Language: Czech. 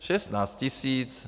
Šestnáct tisíc.